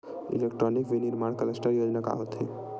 Electronic विनीर्माण cluster योजना का होथे?